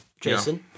Jason